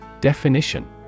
Definition